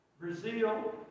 Brazil